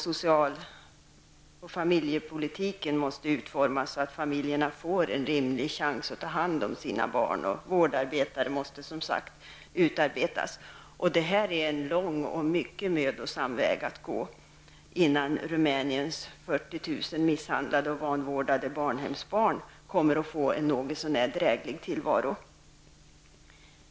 Socialoch familjepolitiken måste utformas så, att familjerna får en rimlig chans att ta hand om sina barn. Vårdarbetare måste utbildas. Det är en lång och mycket mödosam väg att gå innan Rumäniens 40 000 misshandlade och vanvårdade barnhemsbarn kommer att få en något så när dräglig tillvaro.